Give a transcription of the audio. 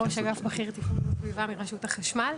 ראש אגף בכיר תכנון וסביבה ברשות החשמל.